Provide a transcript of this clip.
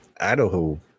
Idaho